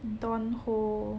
Dawn Ho